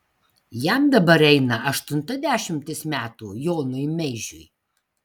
jam dabar eina aštunta dešimtis metų jonui meižiui